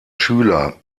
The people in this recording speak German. schüler